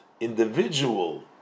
individual